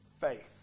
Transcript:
faith